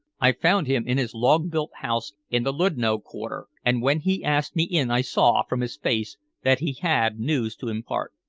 i found him in his log-built house in the ludno quarter, and when he asked me in i saw, from his face, that he had news to impart.